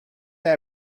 that